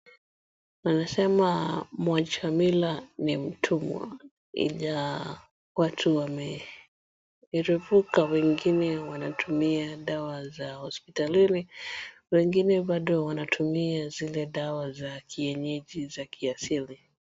Wanasema mwacha mila ni mtumwa ila watu wameerevuka wengine wanatumia dawa za hosipitalini wengine bado wanatumia zile dawa za kienyeji za kiasili.